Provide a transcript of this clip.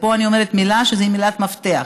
ופה אני אומרת מילה שהיא מילת מפתח: